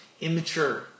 immature